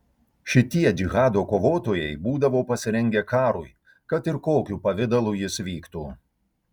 šitie džihado kovotojai būdavo pasirengę karui kad ir kokiu pavidalu jis vyktų